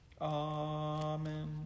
Amen